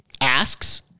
Asks